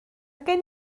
gen